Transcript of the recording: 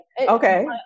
Okay